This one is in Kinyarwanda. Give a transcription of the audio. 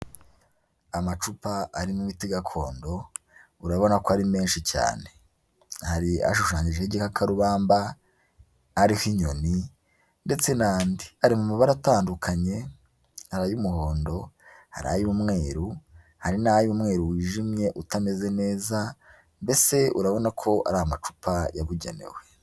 Amacupa arimo imiti gakondo, urabona ko ari menshi cyane, hari ashushanyijeho igikakarubamba, ariho inyoni ndetse n'andi, ari mu mabara atandukanye, hari ay'umuhondo, hari ay'umweru, hari n'ay'umweru wijimye utameze neza, mbese urabona ko ari amacupa yabugenewe.